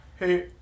Hey